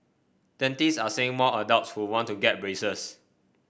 dentists are seeing more adults who want to get braces